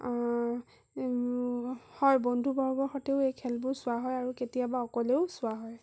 হয় বন্ধুবৰ্গৰ সৈতেও এই খেলবোৰ চোৱা হয় আৰু কেতিয়াবা অকলেও চোৱা হয়